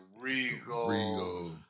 Regal